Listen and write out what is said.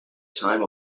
time